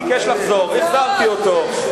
ביקש לחזור, החזרתי אותו.